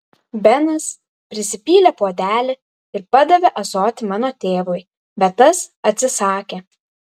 benas prisipylė puodelį ir padavė ąsotį mano tėvui bet tas atsisakė